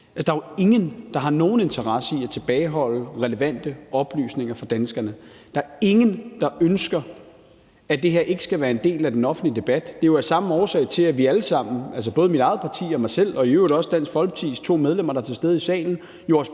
Der er jo ingen, der har nogen interesse i at tilbageholde relevante oplysninger for danskerne. Der er ingen, der ønsker, at det her ikke skal være en del af den offentlige debat. Det er også årsagen til, at vi alle sammen – både mit eget parti og jeg selv og i øvrigt også de to medlemmer fra Dansk Folkeparti, der er til stede i salen